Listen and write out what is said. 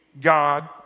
God